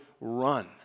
run